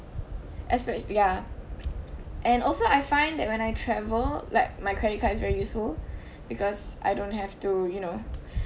espec~ ya and also I've find that when I travel like my credit card is very useful because I don't have to you know